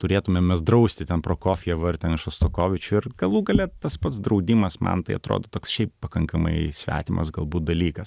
turėtumėm mes drausti ten prokofjevą ar ten šostakovičių ir galų gale tas pats draudimas man tai atrodo toks šiaip pakankamai svetimas galbūt dalykas